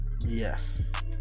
yes